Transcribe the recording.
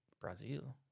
Brazil